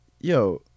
yo